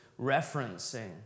referencing